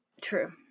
True